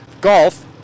Golf